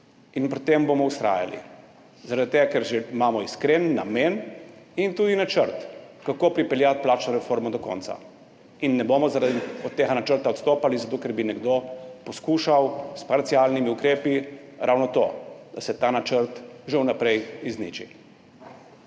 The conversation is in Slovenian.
In pri tem bomo vztrajali zaradi tega, ker imamo iskren namen in tudi načrt, kako pripeljati plačno reformo do konca. In ne bomo od tega načrta odstopali, zato ker bi nekdo poskušal s parcialnimi ukrepi ravno to, da se ta načrt že vnaprej izniči.